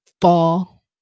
fall